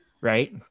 Right